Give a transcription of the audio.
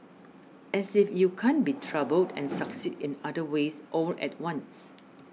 as if you can't be troubled and succeed in other ways all at once